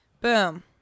Boom